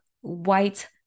white